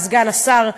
סגן השר,